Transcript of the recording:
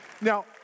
Now